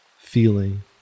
feeling